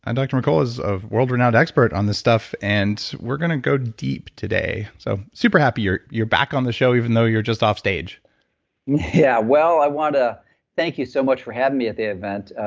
and dr. mercola is a world renowned expert on this stuff, and we're going to go deep today. so super happy you're you're back on the show, even though you're just offstage yeah well, i want to thank you so much for having me at the event.